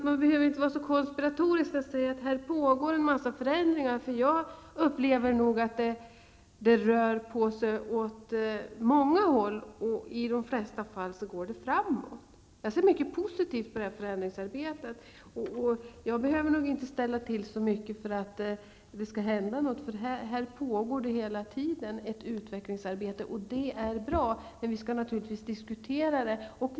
Man behöver inte vara så konspiratorisk när jag säger att det pågår en mängd förändringar här. Jag upplever nog att det rör på sig åt många håll. I de flesta fall går det framåt. Jag ser mycket positivt på det här förändringsarbetet. Jag behöver nog inte ställa till så mycket för att det skall hända något. Det pågår hela tiden ett utvecklingsarbete här, och det är bra. Men vi skall naturligtvis diskutera detta.